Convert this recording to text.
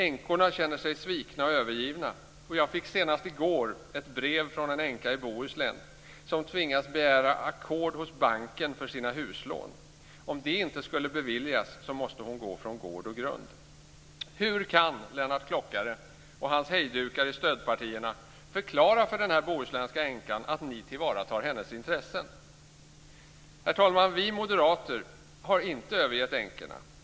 Änkorna känner sig svikna och övergivna. Jag fick senast i går ett brev från en änka i Bohuslän som tvingats begära ackord hos banken för sina huslån. Om det inte skulle beviljas måste hon gå från gård och grund. Hur kan Lennart Klockare och hans hejdukar i stödpartierna förklara för den här bohuslänska änkan att ni tillvaratar hennes intressen? Herr talman! Vi moderater har inte övergivit änkorna.